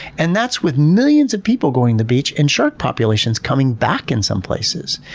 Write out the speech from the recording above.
and that's with millions of people going the beach and shark populations coming back in some places.